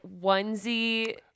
onesie